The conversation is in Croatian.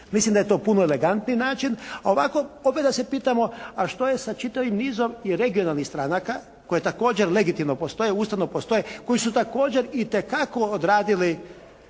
Mislim da je to puno elegantniji način. A ovako …/Govornik se ne razumije./… se pitamo, a što je sa čitavim nizom i regionalnih stranaka koje također legitimno postoje, Ustavno postoje, koje su također itekako odradili